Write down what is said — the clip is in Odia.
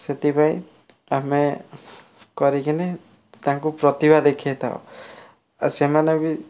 ସେଥିପାଇଁ ଆମେ କରିକରି ତାଙ୍କୁ ପ୍ରତିଭା ଦେଖାଇ ଥାଉ ଆଉ ସେମାନେବି